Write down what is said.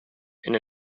and